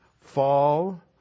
fall